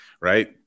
Right